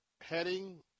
heading